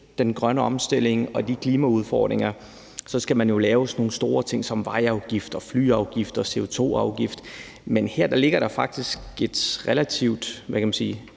den grønne omstilling og de klimaudfordringer skal man lave sådan nogle store ting som vejafgifter, flyafgifter og CO2-afgift. Men her ligger der faktisk et på mange